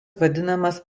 vadinamas